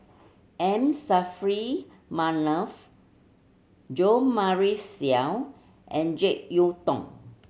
M Saffri Manaf Jo Marion Seow and Jek Yeun Thong